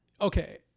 Okay